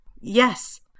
Yes